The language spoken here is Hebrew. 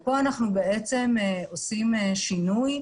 פה אנחנו בעצם עושים שינוי,